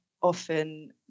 often